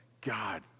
God